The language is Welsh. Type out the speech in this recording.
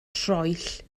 troell